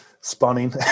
spawning